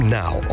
now